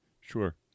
sure